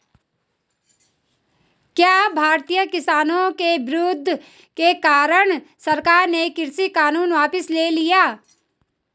क्या भारतीय किसानों के विरोध के कारण सरकार ने कृषि कानून वापस ले लिया?